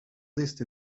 least